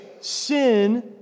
Sin